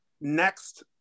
next